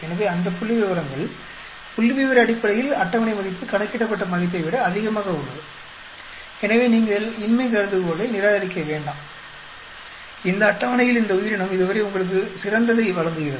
எனவே அந்த புள்ளிவிவரங்கள் புள்ளிவிவர அடிப்படையில் அட்டவணை மதிப்பு கணக்கிடப்பட்ட மதிப்பை விட அதிகமாக உள்ளது எனவே நீங்கள் இன்மை கருதுகோளை நிராகரிக்க வேண்டாம் இந்த அட்டவணையில் இந்த உயிரினம் இதுவரை உங்களுக்கு சிறந்ததை வழங்குகிறது